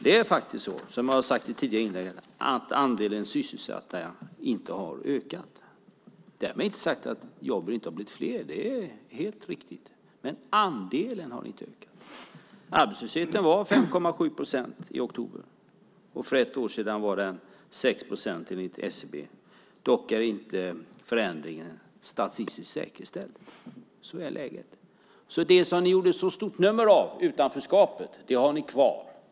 Som jag har sagt i tidigare inlägg har andelen sysselsatta inte ökat. Därmed inte sagt att jobben inte har blivit fler. Det är helt riktigt, men andelen har inte ökat. Arbetslösheten var 5,7 procent i oktober, och för ett år sedan var den 6 procent enligt SCB. Förändringen är dock inte statistiskt säkerställd. Så är läget. Utanförskapet som ni gjorde så stort nummer av har ni kvar.